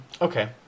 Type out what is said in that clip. okay